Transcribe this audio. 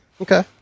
Okay